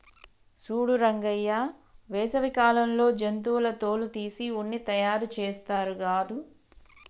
సూడు రంగయ్య వేసవి కాలంలో జంతువుల తోలు తీసి ఉన్ని తయారుచేస్తారు గాదు